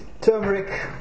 turmeric